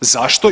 Zašto?